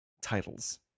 titles